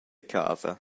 casa